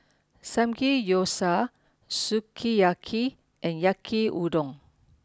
Samgeyopsal Sukiyaki and Yaki Udon